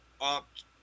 opt